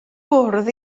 bwrdd